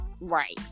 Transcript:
right